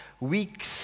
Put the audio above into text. weeks